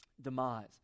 demise